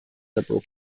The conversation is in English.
liberal